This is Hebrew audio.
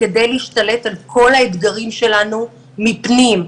כדי להשתלט על כל האתגרים שלנו מפנים.